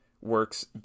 works